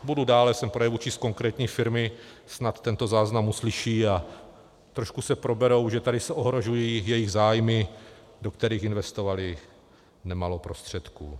Budu dále ve svém projevu číst konkrétní firmy, snad tento záznam uslyší a trošku se proberou, že se tady ohrožují jejich zájmy, do kterých investovali nemálo prostředků.